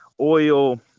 oil